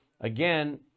Again